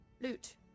loot